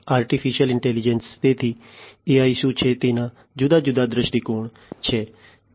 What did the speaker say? artificial intelligence તેથી AI શું છે તેના જુદા જુદા દ્રષ્ટિકોણ છે